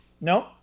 No